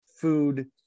food